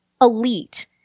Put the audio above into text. elite